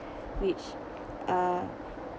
which uh